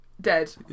dead